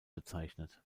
bezeichnet